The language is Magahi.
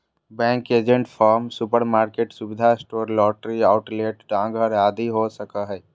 बैंक एजेंट फार्म, सुपरमार्केट, सुविधा स्टोर, लॉटरी आउटलेट, डाकघर आदि हो सको हइ